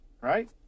right